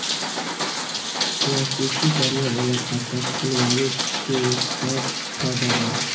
वार्षिकी जमा वाला खाता खोलवावे के का फायदा बा?